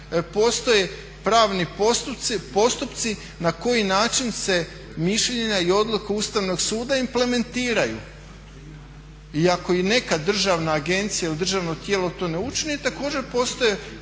postoje pravni postupci na koji način se mišljenja i odluke Ustavnog suda implementiraju. I ako i neka državna agencija i državno tijelo to ne učine također postoje